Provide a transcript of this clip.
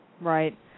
right